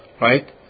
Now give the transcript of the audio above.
Right